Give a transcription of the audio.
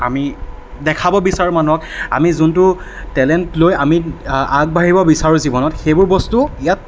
আমি দেখাব বিচাৰোঁ মানুহক আমি যোনটো টেলেণ্ট লৈ আমি আগবাঢ়িব বিচাৰোঁ জীৱনত সেইবোৰ বস্তু ইয়াত